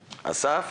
אסף,